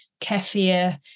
kefir